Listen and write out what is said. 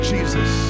Jesus